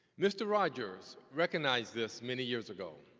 mr. rogers recognized this many years ago.